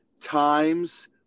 times